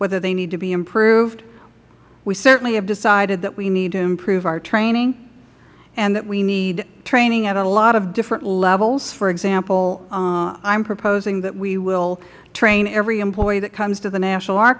whether they need to be improved we certainly have decided that we need to improve our training and that we need training at a lot of different levels for example i am proposing that we will train every employee that comes to the national